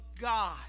God